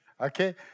Okay